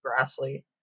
Grassley